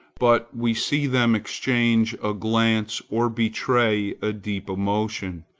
but we see them exchange a glance, or betray a deep emotion,